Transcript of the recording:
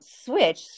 switch